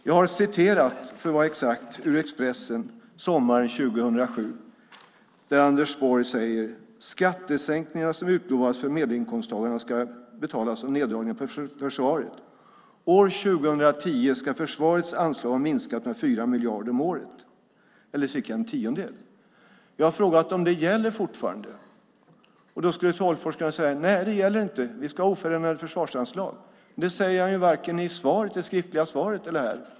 Jag har citerat ur Expressen sommaren 2007 där Andes Borg säger att skattesänkningar som utlovats till medelinkomsttagare ska betalas genom neddragningar av försvaret. År 2010 ska försvarets anslag ha minskat med 4 miljarder om året, eller cirka en tiondel. Jag har frågat om det gäller fortfarande. Då skulle Sten Tolgfors kunna säga: Nej, det gäller inte, vi ska ha oförändrade försvarsanslag. Men det säger han varken i det skriftliga svaret eller här.